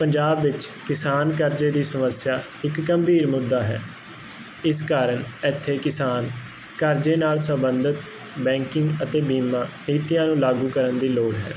ਪੰਜਾਬ ਵਿੱਚ ਕਿਸਾਨ ਕਰਜੇ ਦੀ ਸਮੱਸਿਆ ਇੱਕ ਗੰਭੀਰ ਮੁੱਦਾ ਹੈ ਇਸ ਕਾਰਨ ਐਥੇ ਕਿਸਾਨ ਕਰਜੇ ਨਾਲ ਸੰਬੰਧਤ ਬੈਂਕਿੰਗ ਅਤੇ ਬੀਮਾ ਇੱਥੇ ਇਹਨੂੰ ਲਾਗੂ ਕਰਨ ਦੀ ਲੋੜ ਹੈ